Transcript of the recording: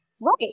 Right